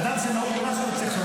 אדם שנעול על משהו --- אותו.